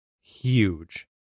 huge